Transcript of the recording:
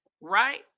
Right